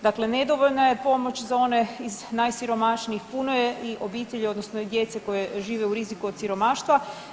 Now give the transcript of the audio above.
Dakle, nedovoljna je pomoć za one iz najsiromašnijih, puno je i obitelji, odnosno i djece koja žive u riziku od siromaštva.